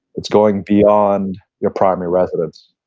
it's going beyond your primary residence.